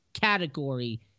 Category